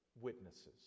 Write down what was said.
witnesses